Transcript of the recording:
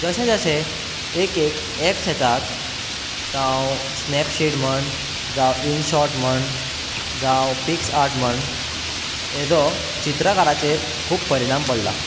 जशें जशें एक एक एप्स येतात जावं स्नेपशीट म्हण जावं इन स्शेर्ट म्हण जावं पिक्स आर्ट म्हण हेचो चित्रकाराचेर खूब परिणाम पडला